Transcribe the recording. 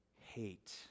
hate